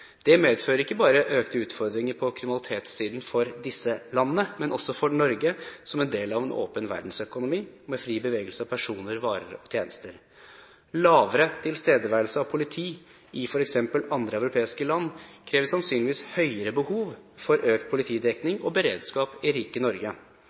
økte utfordringer på kriminalitetssiden ikke bare for disse landene, men også for Norge som en del av en åpen verdensøkonomi med fri bevegelse av personer, varer og tjenester. Lavere tilstedeværelse av politi i f.eks. andre europeiske land krever sannsynligvis større behov for økt